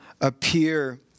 appear